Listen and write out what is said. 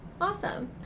Awesome